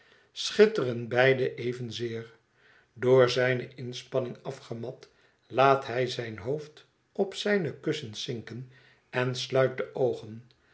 schitteren beide evenzeer door zijne inspanning afgemat laat hij zijn hoofd op zijne kussens zinken en sluit de oogen